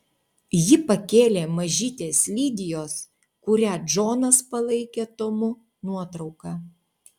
ji pakėlė mažytės lidijos kurią džonas palaikė tomu nuotrauką